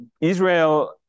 Israel